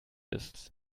ist